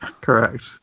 Correct